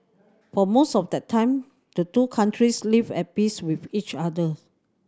for most of that time the two countries lived at peace with each other